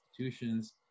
institutions